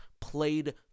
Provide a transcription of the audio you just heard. played